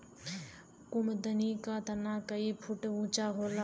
कुमुदनी क तना कई फुट ऊँचा होला